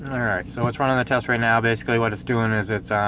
so let's run on the test right now basically what it's doing is it's